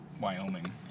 Wyoming